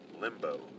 Limbo